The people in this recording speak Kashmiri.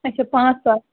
اچھا پانٛژھ ساس